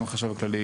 גם החשב הכללי,